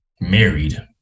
married